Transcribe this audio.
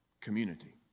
community